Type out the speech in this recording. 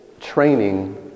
training